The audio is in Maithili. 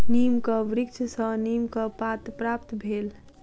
नीमक वृक्ष सॅ नीमक पात प्राप्त भेल